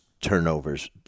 turnovers